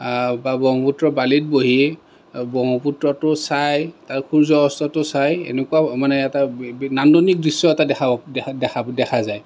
ব্ৰহ্মপুত্ৰৰ বালিত বহি ব্ৰহ্মপুত্ৰটো চাই তাৰ সূৰ্য অস্তটো চাই এনেকুৱা মানে এটা নান্দনিক দৃশ্য এটা দেখা যায়